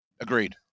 Agreed